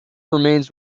remains